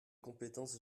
compétence